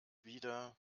wieder